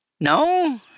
No